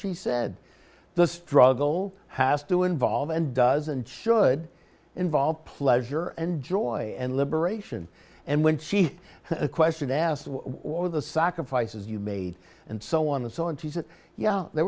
she said the struggle has to involve and does and should involve pleasure and joy and liberation and when she a question asked of one of the sacrifices you made and so on and so on she said yeah the